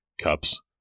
cups